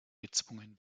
gezwungen